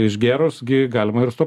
išgėrus gi galima ir su